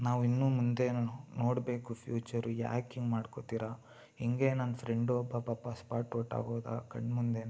ನಾವು ಇನ್ನು ಮುಂದೇನು ನೋಡಬೇಕು ಫ್ಯೂಚರು ಯಾಕೆ ಹಿಂಗ್ ಮಾಡ್ಕೋತಿರ ಹಿಂಗೆ ನನ್ನ ಫ್ರೆಂಡು ಒಬ್ಬ ಪಾಪ ಸ್ಪಾಟ್ ಔಟ್ ಆಗೋದ ಕಣ್ಣು ಮುಂದೆಯೇ